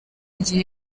gihe